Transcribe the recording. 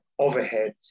overheads